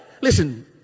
listen